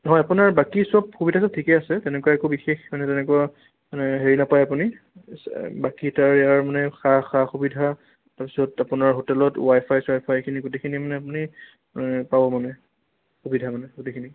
হয় আপোনাৰ বাকী চব সুবিধাটো ঠিকে আছিল তেনেকুৱা একো বিশেষ মানে তেনেকুৱা মানে হেৰি নাপায় আপুনি বাকী তাৰ ইয়াৰ মানে সা সা সুবিধা তাৰপাছত আপোনাৰ হোটেলত ৱাই ফাই ছোৱাই ফাই এইখিনি গোটেইখিনি মানে আপুনি পাব মানে সুবিধা মানে গোটেইখিনি